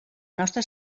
nostra